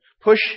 Push